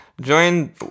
join